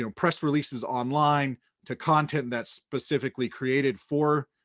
you know press releases online to content that specifically created for